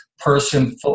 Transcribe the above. person